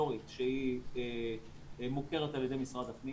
סטטוטורית שהיא מוכרת על ידי משרד הפנים